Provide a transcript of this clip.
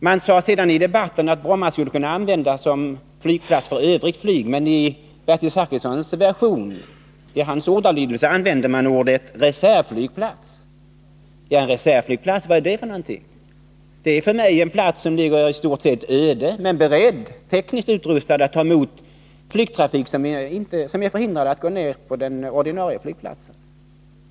Man sade sedan i debatten att Bromma skulle kunna användas som flygplats för övrigt flyg. Men i Bertil Zachrissons version blev det något annat — han använde ordet reservflygplats. Vad är en reservflygplats? För mig är det en flygplats som ligger i stort sett öde, men är tekniskt utrustad för att ta emot flygplan som är förhindrade att gå ned på den ordinarie flygplatsen.